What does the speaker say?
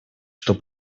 что